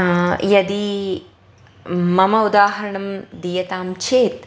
यदि मम उदाहरणं दीयतां चेत्